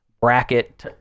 bracket